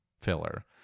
filler